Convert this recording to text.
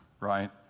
Right